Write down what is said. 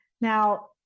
now